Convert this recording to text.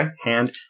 hand